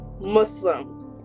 Muslim